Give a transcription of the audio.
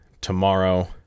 tomorrow